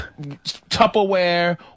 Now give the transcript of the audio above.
Tupperware